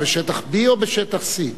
זה בשטח B או בשטח C?